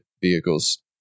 vehicles